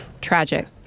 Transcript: tragic. —